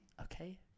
Okay